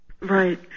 right